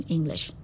English